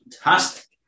fantastic